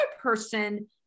person